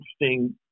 interesting